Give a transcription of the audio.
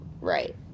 right